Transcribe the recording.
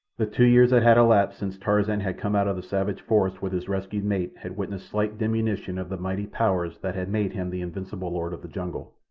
the two years that had elapsed since tarzan had come out of the savage forest with his rescued mate had witnessed slight diminution of the mighty powers that had made him the invincible lord of the jungle.